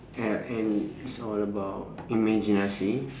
and it's all about imaginasi